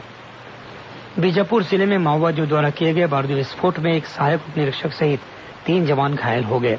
माओवादी वारदात बीजापुर जिले में माओवादियों द्वारा किए गए बारूदी विस्फोट में एक सहायक उप निरीक्षक सहित तीन जवान घायल हो गए हैं